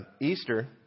Easter